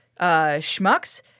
schmucks